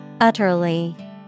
Utterly